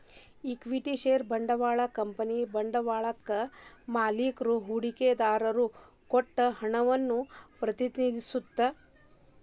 equity ಷೇರ ಬಂಡವಾಳ ಕಂಪನಿಯ ಬಂಡವಾಳಕ್ಕಾ ಮಾಲಿಕ್ರು ಹೂಡಿಕೆದಾರರು ಕೊಟ್ಟ ಹಣವನ್ನ ಪ್ರತಿನಿಧಿಸತ್ತ